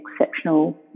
exceptional